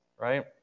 Right